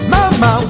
Mama